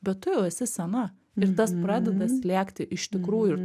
bet tu jau esi sena ir tas pradeda slėgti iš tikrųjų ir